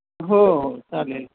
हो हो चालेल